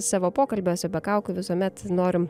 savo pokalbiuose be kaukių visuomet norim